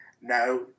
Now